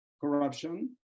corruption